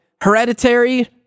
Hereditary